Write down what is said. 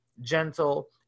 gentle